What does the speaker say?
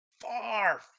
far